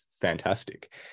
fantastic